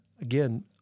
again